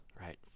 right